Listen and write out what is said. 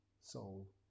soul